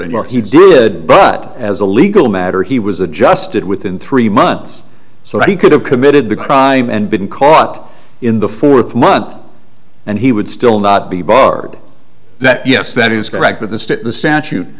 or he did but as a legal matter he was adjusted within three months so he could have committed the crime and been caught in the fourth month and he would still not be barred that yes that is correct that the stat